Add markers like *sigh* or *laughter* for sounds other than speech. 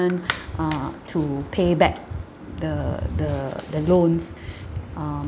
*breath* uh to pay back the the the loans *breath* um